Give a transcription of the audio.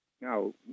Now